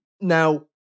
Now